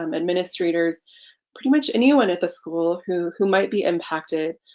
um administrators pretty much anyone at the school who who might be impacted